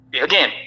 again